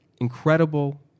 incredible